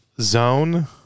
Zone